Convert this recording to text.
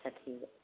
আচ্ছা ঠিক আছে